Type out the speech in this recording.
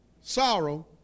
sorrow